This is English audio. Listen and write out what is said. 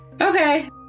Okay